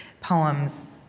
poems